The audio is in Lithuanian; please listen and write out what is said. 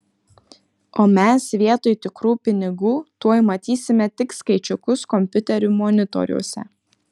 o mes vietoj tikrų pinigų tuoj matysime tik skaičiukus kompiuterių monitoriuose